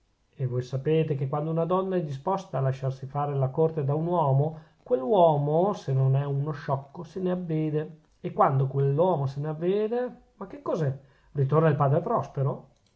e voi sapete che quando una donna è disposta a lasciarsi fare la corte da un uomo quell'uomo se non è uno sciocco se ne avvede e quando quell'uomo se ne avvede ma che cos'è ritorna il padre prospero